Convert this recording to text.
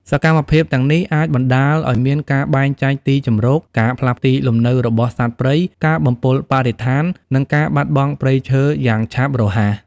សកម្មភាពទាំងនេះអាចបណ្តាលឱ្យមានការបែងចែកទីជម្រក ការផ្លាស់ទីលំនៅរបស់សត្វព្រៃ ការបំពុលបរិស្ថាន និងការបាត់បង់ព្រៃឈើយ៉ាងឆាប់រហ័ស។